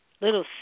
little